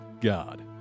God